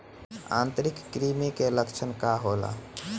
आंतरिक कृमि के लक्षण का होला?